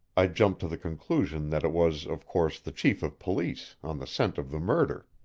i jumped to the conclusion that it was, of course, the chief of police, on the scent of the murder.